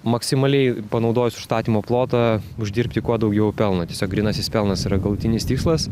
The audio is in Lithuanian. maksimaliai panaudojus užstatymo plotą uždirbti kuo daugiau pelno tiesiog grynasis pelnas yra galutinis tikslas